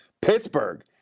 Pittsburgh